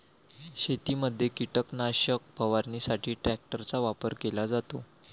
शेतीमध्ये कीटकनाशक फवारणीसाठी ट्रॅक्टरचा वापर केला जातो